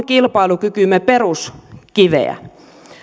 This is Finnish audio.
kilpailukykymme peruskiveä